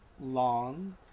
long